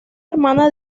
hermana